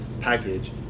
package